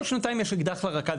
כל שנתיים יש אקדח לרקה.